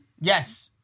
Yes